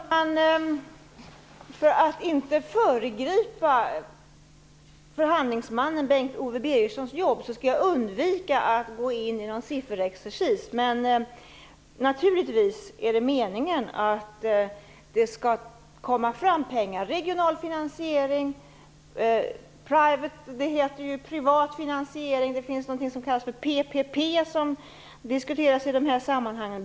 Fru talman! För att inte föregripa förhandlingsmannen Bengt-Ove Birgerssons jobb skall jag undvika att gå in i någon sifferexercis. Men naturligtvis är det meningen att det skall komma fram pengar genom regional finansiering och privat finansiering. Det finns också någonting som kallas för PPP som diskuteras i de här sammanhangen.